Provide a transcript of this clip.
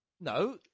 no